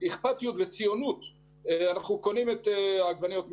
אכפתיות וציונות אנחנו קונים את העגבניות משם.